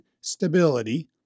stability